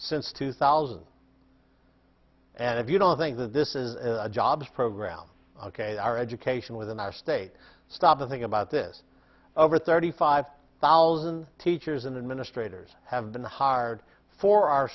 since two thousand and if you don't think that this is a jobs program ok our education within our state stop to think about this over thirty five thousand teachers and administrators have been hard for our